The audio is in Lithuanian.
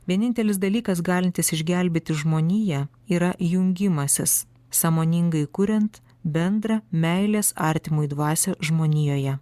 vienintelis dalykas galintis išgelbėti žmoniją yra jungimasis sąmoningai kuriant bendrą meilės artimui dvasią žmonijoje